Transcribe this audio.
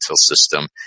system